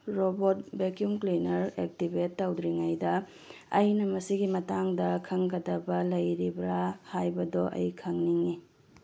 robot vacuum cleaner activate ꯇꯧꯗ꯭ꯔꯤꯉꯩꯗ ꯑꯩꯅ ꯃꯁꯤꯒꯤ ꯃꯇꯥꯡꯗ ꯈꯪꯒꯗꯕ ꯂꯩꯔꯤꯕ꯭ꯔꯥ ꯍꯥꯏꯕꯗꯣ ꯑꯩ ꯈꯪꯅꯤꯡꯏ